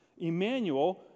Emmanuel